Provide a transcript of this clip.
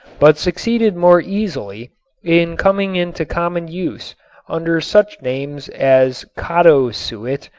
but succeeded more easily in coming into common use under such names as cottosuet,